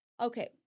Okay